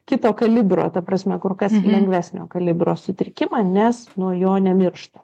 kito kalibro ta prasme kur kas lengvesnio kalibro sutrikimą nes nuo jo nemiršta